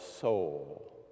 soul